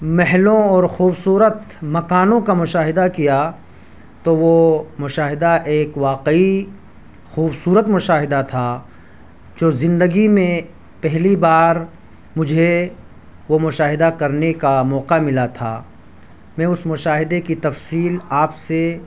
محلوں اور خوبصورت مکانوں کا مشاہدہ کیا تو وہ مشاہدہ ایک واقعی خوبصورت مشاہدہ تھا جو زندگی میں پہلی بار مجھے وہ مشاہدہ کرنے کا موقع ملا تھا میں اس مشاہدے کی تفصیل آپ سے